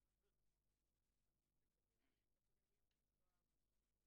למצוא איזו נוסחה משפטית, שהאחריות תהיה על הקבלן